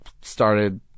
started